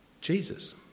Jesus